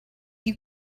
you